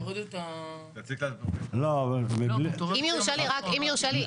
אם יש כאן דיוק,